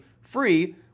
free